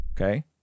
Okay